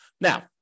Now